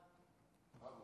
אדוני